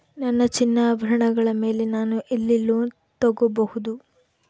ನನ್ನ ಚಿನ್ನಾಭರಣಗಳ ಮೇಲೆ ನಾನು ಎಲ್ಲಿ ಲೋನ್ ತೊಗೊಬಹುದು?